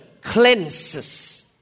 cleanses